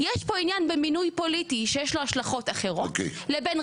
יש פה עניין במינוי פוליטי שיש לו השלכות אחרות לבין --- אוקיי.